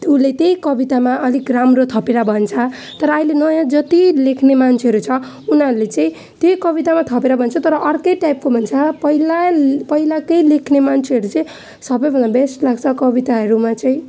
उसले त्यही कवितामा अलिक राम्रो थपेर भन्छ तर अहिले नयाँ जति लेख्ने मान्छेहरू छ उनीहरूले चाहिँ त्यही कवितामा थपेर भन्छ तर अर्कै टाइपको भन्छ पहिला पहिला त्यही लेख्ने मान्छेहरू चाहिँ सबैभन्दा बेस्ट लाग्छ कविताहरूमा चाहिँ